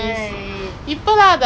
she never teach me math